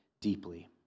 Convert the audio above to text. deeply